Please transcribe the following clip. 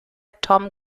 tom